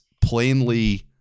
plainly